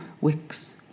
wicks